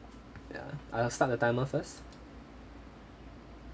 ya uh I'll start the timer first